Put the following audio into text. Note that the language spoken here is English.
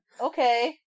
Okay